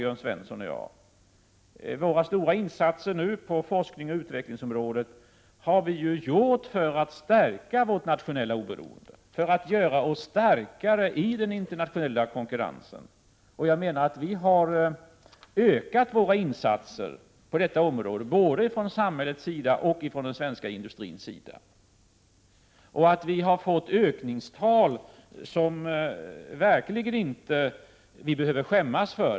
Våra nuvarande stora insatser på forskningsoch utvecklingsområdet har vi ju gjort för att stärka vårt nationella oberoende och göra oss starkare i den internationella konkurrensen. Vi har Ökat våra insatser på detta område både från samhällets sida och från den svenska industrins sida. Ökningstalen behöver vi verkligen inte skämmas för.